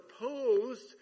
opposed